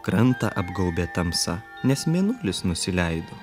krantą apgaubė tamsa nes mėnulis nusileido